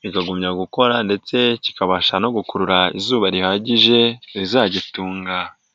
bikagumya gukora ndetse kikabasha no gukurura izuba rihagije rizagitunga.